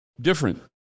different